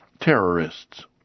terrorists